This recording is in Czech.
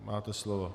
Máte slovo.